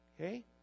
Okay